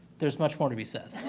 there's much more to be said.